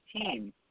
team